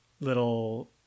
little